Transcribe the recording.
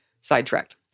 sidetracked